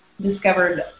discovered